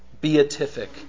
beatific